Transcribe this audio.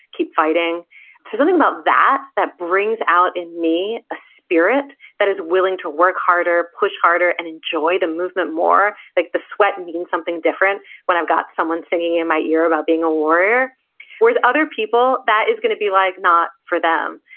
keep fighting, there's something about that that brings out in me a spirit that is willing to work harder, push harder, and enjoy the movement more. like, the sweat means something different when i've got someone singing in my ear about being a warrior whereas other people, that is going to be like not for them.